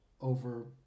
over